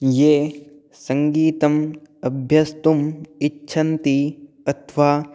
ये सङ्गीतम् अभ्यस्तुम् इच्छन्ति अथवा